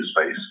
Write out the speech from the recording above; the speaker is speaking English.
space